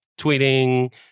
tweeting